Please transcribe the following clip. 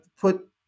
put